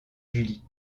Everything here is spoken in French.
julie